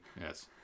Yes